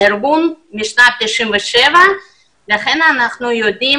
הארגון משנת 1997 ולכן אנחנו יודעים